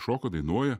šoka dainuoja